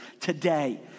today